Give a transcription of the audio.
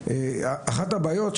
אחת הבעיות היא